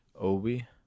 Obi